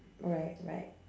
alright right